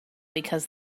because